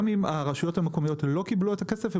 גם אם הרשויות המקומיות לא קיבלו את הכסף,